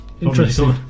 interesting